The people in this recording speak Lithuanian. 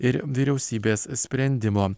ir vyriausybės sprendimo